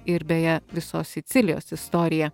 ir beje visos sicilijos istoriją